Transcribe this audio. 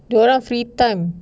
dia orang free time